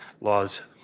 laws